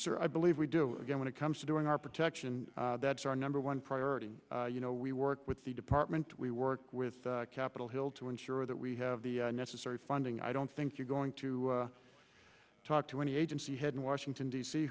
sir i believe we do when it comes to doing our protection that's our number one priority you know we work with the department we work with capitol hill to ensure that we have the necessary funding i don't think you're going to talk to any agency head in washington d